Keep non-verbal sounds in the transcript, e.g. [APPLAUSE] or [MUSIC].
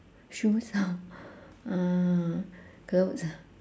shoes [BREATH] uh clothes